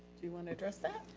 do you want to address that?